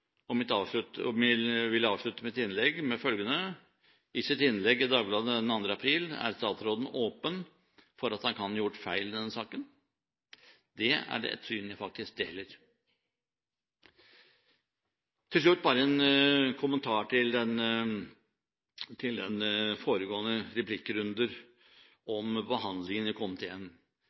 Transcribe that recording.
avslutte mitt innlegg med følgende: I sitt innlegg i Dagbladet 2. april er statsråden åpen for at han kan ha gjort feil i denne saken. Det er et syn jeg faktisk deler. Til slutt bare en kommentar til de foregående replikkrunder om behandlingen i komiteen.